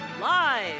Live